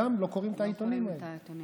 וגם לא קוראים את העיתונים האלה.